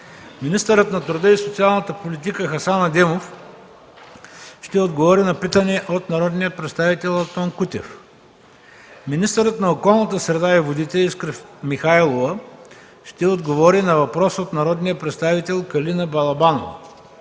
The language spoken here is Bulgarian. министърът на труда и социалната политика Хасан Адемов ще отговори на питане от народния представител Антон Кутев; - министърът на околната среда и водите Искра Михайлова ще отговори на въпрос от народния представител Калина Балабанова;